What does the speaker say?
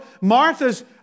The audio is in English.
Martha's